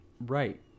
Right